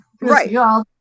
Right